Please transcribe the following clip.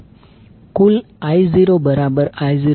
કુલ I0I0I0 હશે